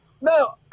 No